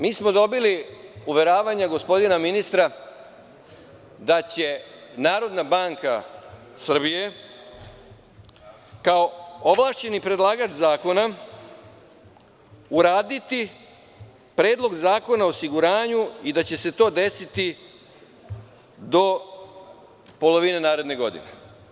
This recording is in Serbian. Mi smo dobili uveravanja gospodina ministra da će Narodna banka Srbije, kao ovlašćeni predlagač zakona, uraditi Predlog zakona o osiguranju i da će se to desiti do polovine naredne godine.